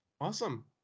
Awesome